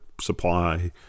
supply